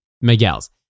Miguel's